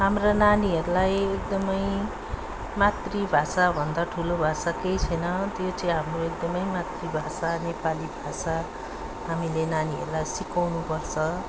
हाम्रा नानीहरूलाई एकदमै मातृभाषा भन्दा ठुलो भाषा केही छैन त्यो चाहिँ हाम्रो एकदमै मातृभाषा नेपाली भाषा हामीले नानीहरूलाई सिकाउनुपर्छ